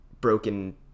broken